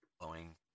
blowing